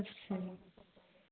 ਅੱਛਾ ਜੀ